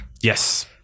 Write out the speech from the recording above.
Yes